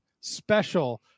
special